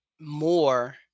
more